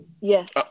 Yes